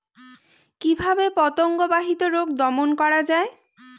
কিভাবে পতঙ্গ বাহিত রোগ দমন করা যায়?